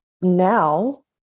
now